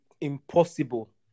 impossible